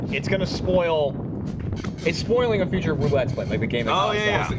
it's gonna spoil its spoiling a future will xsplit might be game. oh, yeah, okay?